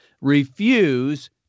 refuse